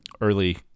early